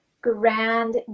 grand